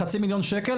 בחצי מיליון ₪,